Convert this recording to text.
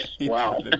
wow